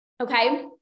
okay